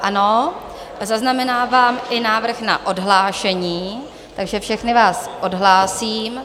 Ano, zaznamenávám i návrh na odhlášení, takže všechny vás odhlásím.